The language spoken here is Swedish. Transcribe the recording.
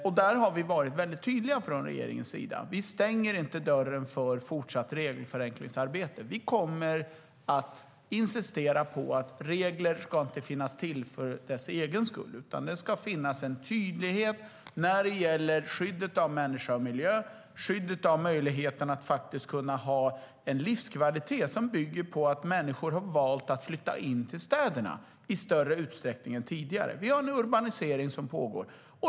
Där har regeringen varit väldigt tydlig: Vi stänger inte dörren för fortsatt regelförenklingsarbete. Vi kommer att insistera på att regler inte ska finnas till för reglernas egen skull, utan det ska finnas en tydlighet när det gäller skyddet av människa och miljö, skyddet av möjligheten att faktiskt kunna ha en livskvalitet som bygger på att människor har valt att flytta in till städerna i större utsträckning än tidigare. Det pågår en urbanisering.